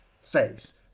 face